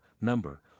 number